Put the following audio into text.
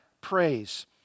praise